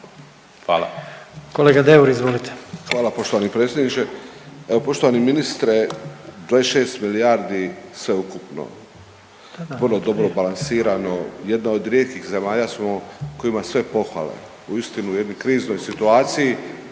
izvolite. **Deur, Ante (HDZ)** Hvala poštovani predsjedniče. Evo poštovani ministre, 26 milijardi sveukupno, vrlo dobro balansirano, jedna od rijetkih zemalja smo koja ima sve pohvale uistinu u jednoj kriznoj situaciji